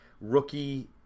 rookie